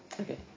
Okay